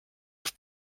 auf